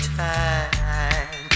time